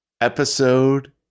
episode